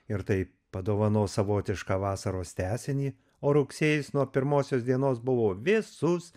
ir taip padovanos savotišką vasaros tęsinį o rugsėjis nuo pirmosios dienos buvo vėsus